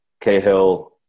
Cahill